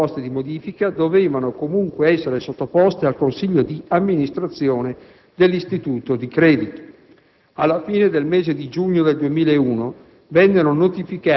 rilevando che le proposte di modifica dovevano, comunque, essere sottoposte al consiglio di amministrazione dell'istituto di credito. Alla fine del mese di giugno 2001